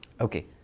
Okay